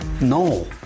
no